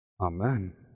Amen